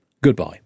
Goodbye